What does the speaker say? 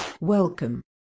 Welcome